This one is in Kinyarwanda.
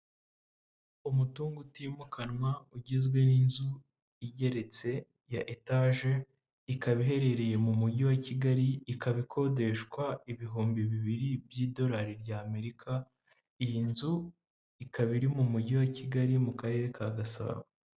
Umutungo utimukanwa ugizwe n'inzu igeretse ya etaje, ikaba iherereye mu mujyi wa kigali, ikaba ikodeshwa ibihumbi bibiri by'idorari ry'Amerika, iyi nzu ikaba iri mu mujyi wa Kigali mu karere ka Gasabo.